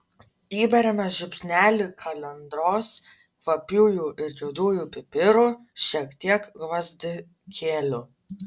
įberiame žiupsnelį kalendros kvapiųjų ir juodųjų pipirų šiek tiek gvazdikėlių